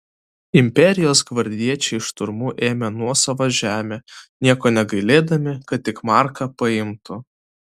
imperijos gvardiečiai šturmu ėmė nuosavą žemę nieko negailėdami kad tik marką paimtų